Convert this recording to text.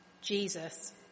Jesus